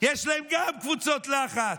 ויש להם גם קבוצות לחץ,